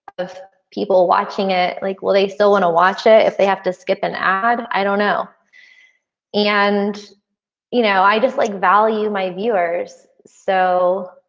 if people watching it like well, they still want to watch it if they have to skip an ad. i don't know and you know, i just like value my viewers. so